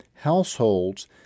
households